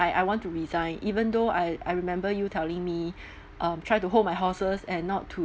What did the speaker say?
I I want to resign even though I I remember you telling me um try to hold my horses and not to